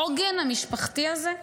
העוגן המשפחתי הזה?